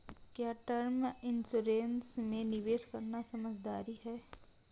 क्या term insurance में निवेश करना समझदारी है?